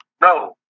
No